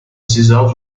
césar